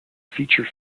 feature